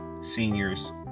seniors